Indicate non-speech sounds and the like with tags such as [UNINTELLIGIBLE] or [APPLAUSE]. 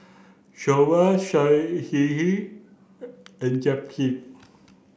Soba [UNINTELLIGIBLE] and Japchae